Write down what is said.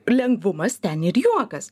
lengvumas ten ir juokas